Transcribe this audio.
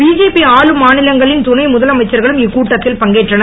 BJP ஆளும் மாநிலங்களின் துணை முதலமைச்சர்களும் இக்கூட்டத்தில் பங்கேற்றனர்